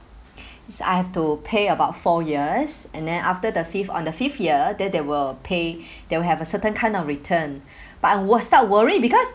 this I have to pay about four years and then after the fifth on the fifth year then they will pay they will have a certain kind of return but I will start worry because